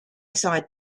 saw